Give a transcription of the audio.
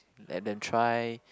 let them try